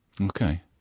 Okay